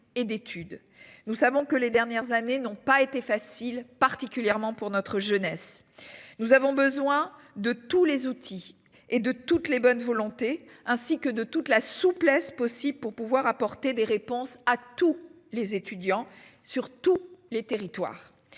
et d'études. Nous savons que les ces dernières années n'ont pas été facile particulièrement pour notre jeunesse. Nous avons besoin de tous les outils et de toutes les bonnes volontés, ainsi que de toute la souplesse possible pour pouvoir apporter des réponses à tous les étudiants sur tous les territoires